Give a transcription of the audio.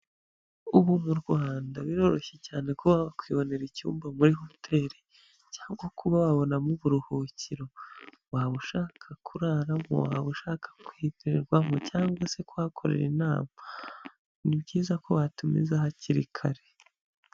Ubu mu Rwanda biroroshye cyane kuba wakibonera icyumba muri hoteli, cyangwa kuba wabonamo uburuhukiro, waba ushaka kuraramo, waba ushaka kwirirwamo cyangwa se kuhakorera inama, ni byiza ko watumiza hakiri kare.